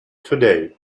today